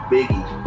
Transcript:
Biggie